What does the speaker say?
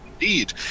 Indeed